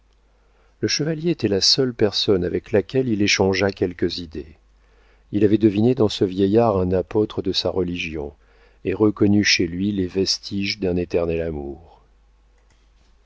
le chevalier était la seule personne avec laquelle il échangeât quelques idées il avait deviné dans ce vieillard un apôtre de sa religion et reconnu chez lui les vestiges d'un éternel amour